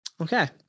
Okay